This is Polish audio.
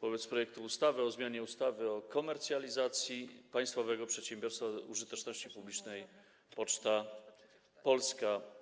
dotyczące projektu ustawy o zmianie ustawy o komercjalizacji państwowego przedsiębiorstwa użyteczności publicznej „Poczta Polska”